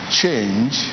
change